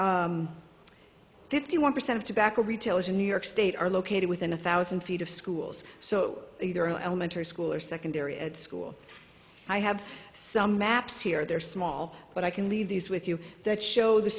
are fifty one percent of tobacco retailers in new york state are located within one thousand feet of schools so either an elementary school or secondary at school i have some maps here they're small but i can leave these with you that show the